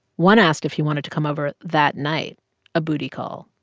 one asked if he wanted to come over that night a booty call.